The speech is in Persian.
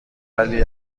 ولی